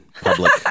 public